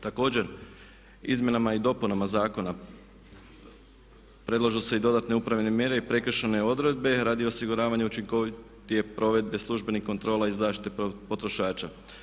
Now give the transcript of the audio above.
Također izmjenama i dopunama zakona predlažu se i dodatne upravne mjere i prekršajne odredbe radi osiguravanja učinkovitije provedbe službenih kontrola i zaštite potrošača.